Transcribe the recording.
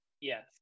Yes